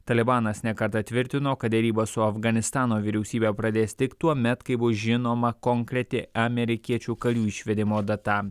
talibanas ne kartą tvirtino kad derybos su afganistano vyriausybe pradės tik tuomet kai bus žinoma konkreti amerikiečių karių išvedimo data